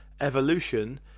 Evolution